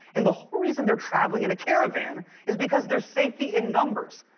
and the whole reason they're traveling in a caravan is because there's safety in numbers.